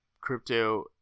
crypto